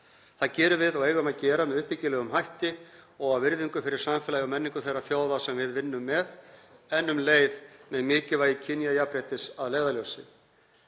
Það gerum við og eigum að gera með uppbyggilegum hætti og af virðingu fyrir samfélagi og menningu þeirra þjóða sem við vinnum með en um leið með mikilvægi kynjajafnréttis að leiðarljósi.